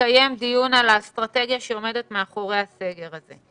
נקיים דיון על האסטרטגיה שעומדת מאחורי הסגר הזה.